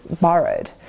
borrowed